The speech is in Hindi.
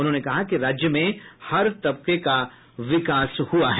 उन्होंने कहा कि राज्य में हर तबके का विकास हुआ है